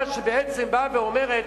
שהממשלה, שבעצם אומרת: